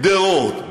גדרות,